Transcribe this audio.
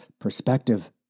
perspective